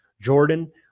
Jordan